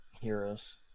Heroes